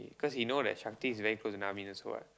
cause he know that Shakti is very close to Naveen also what